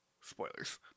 spoilers